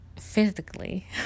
physically